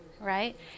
right